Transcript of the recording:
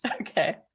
Okay